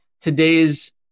today's